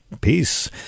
Peace